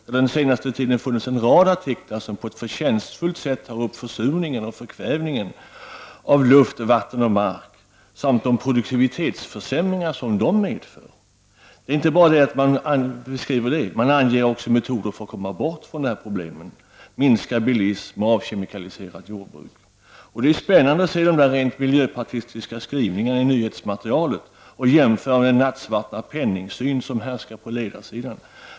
På den senaste tiden har i tidningen funnits en rad artiklar som på ett förtjänstfullt sätt tar upp frågorna om försurningen och förkvävningen av luft, vatten och mark samt de produktivitetsförsämringar som detta medför. I artiklarna anges även metoder för att komma bort från pro blemen, dvs. minskad bilism och avkemikaliserat jordbruk. Det är spännande att se dessa rent miljöpartistiska skrivningar i nyhetsmaterialet och jämföra med den nattsvarta penningsyn som härskar på ledarsidan.